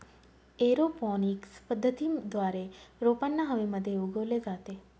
aeroponics पद्धतीद्वारे रोपांना हवेमध्ये उगवले जाते